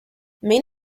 main